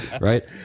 right